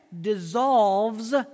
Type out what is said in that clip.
dissolves